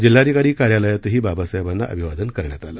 जिल्हाधिकारी कार्यालयातही बाबासाहेबांना अभिवादन करण्यात आलं